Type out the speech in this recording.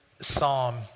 psalm